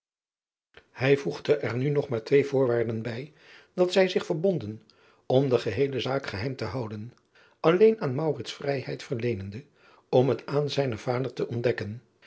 ij voegde er nu nog maar twee voorwaarden bij dat zij zich verbonden om de geheele zaak geheim te houden alleen aan vrijheid verleenende om het aan zijnen vader te ontdekken